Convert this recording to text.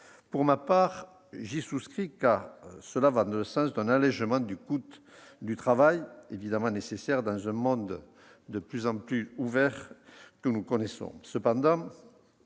Pour ma part, j'y souscris, car cela va dans le sens d'un allégement du coût du travail évidemment nécessaire dans ce monde de plus en plus ouvert que nous connaissons.